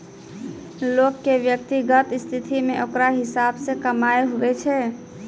लोग के व्यक्तिगत स्थिति मे ओकरा हिसाब से कमाय हुवै छै